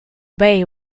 bay